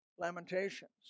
Lamentations